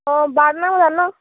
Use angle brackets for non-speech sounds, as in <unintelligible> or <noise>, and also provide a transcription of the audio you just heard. অ <unintelligible> বজাত ন'